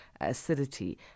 acidity